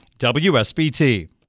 WSBT